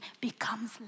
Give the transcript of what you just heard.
becomes